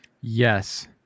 Yes